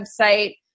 website